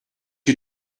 you